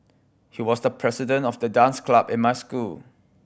he was the president of the dance club in my school